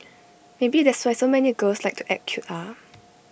maybe that's why so many girls like to act cute ah